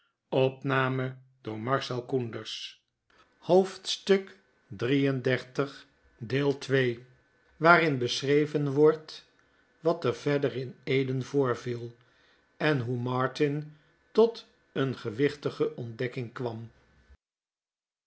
hoofdstuk xxxhi waarin beschreven wordt wat er verder iit eden voorviel en hoe martin tot een gewichtige ontdekking kwam